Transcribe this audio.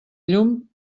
llum